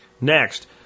Next